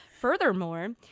Furthermore